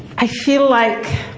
i feel like